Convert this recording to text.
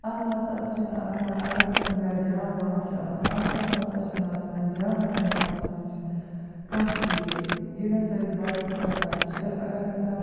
اَتھ چھُنہٕ آسان اَگر کُنہِ جایہِ جام وام چھُ آسان اَتھ منٛز نسا چھُنہٕ آسان جامَس منٛز پھسنٕچ کانہہ تہِ یہِ ییٚلہِ ہسا أسۍ باٮ۪کہِ کھسان چھِ اَگر ہسا